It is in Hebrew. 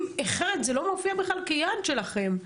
אם זה לא מופיע בכלל כיעד שלכם,